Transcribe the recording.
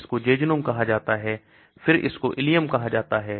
इसको jejunum कहा जाता है फिर इसको ileum कहा जाता है